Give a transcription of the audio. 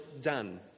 done